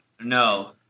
No